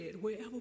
wherever